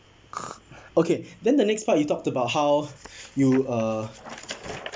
okay then the next part you talked about how you uh